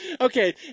Okay